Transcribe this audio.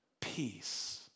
peace